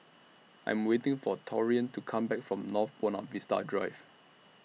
I Am waiting For Taurean to Come Back from North Buona Vista Drive